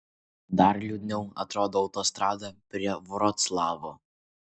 dar liūdniau atrodo autostrada prie vroclavo